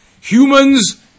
humans